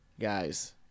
Guys